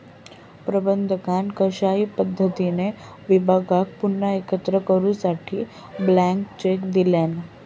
प्रबंधकान कशाही पद्धतीने विभागाक पुन्हा एकत्र करूसाठी ब्लँक चेक दिल्यान